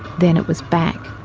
then it was back.